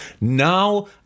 now